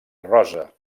rosa